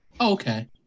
okay